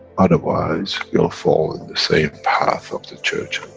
otherwise you'll fall in the same path of the church